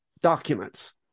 documents